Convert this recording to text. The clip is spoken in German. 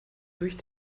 durch